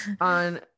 on